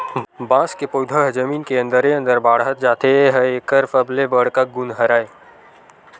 बांस के पउधा ह जमीन के अंदरे अंदर बाड़हत जाथे ए ह एकर सबले बड़का गुन हरय